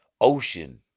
ocean